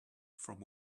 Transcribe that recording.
from